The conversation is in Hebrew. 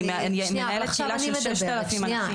אני מנהלת קהילה של 6,000 אנשים.